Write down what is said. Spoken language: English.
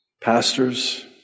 pastors